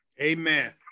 Amen